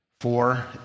Four